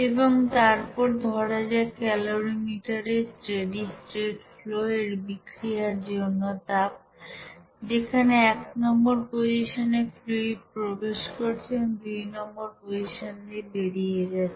এবং তারপর ধরা যাক ক্যালরিমিটার এ স্টেডি স্টেট ফ্লো এর জন্য বিক্রিয়ার তাপ যেখানে এক নম্বর পজিশনে ফ্লুইড প্রবেশ করছে এবং দুই নম্বর পজিশন দিয়ে বেরিয়ে যাচ্ছে